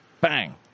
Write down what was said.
bang